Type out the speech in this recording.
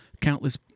countless